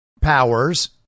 powers